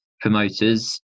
promoters